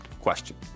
question